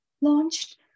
launched